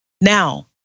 Now